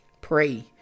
pray